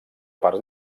parts